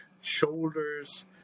shoulders